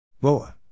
Boa